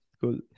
cool